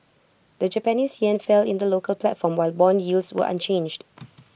the Japanese Yen fell in the local platform while Bond yields were unchanged